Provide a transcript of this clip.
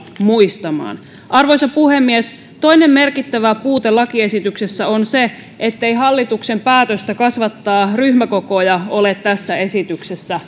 muistamaan arvoisa puhemies toinen merkittävä puute lakiesityksessä on se ettei hallituksen päätöstä kasvattaa ryhmäkokoja ole tässä esityksessä